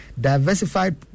diversified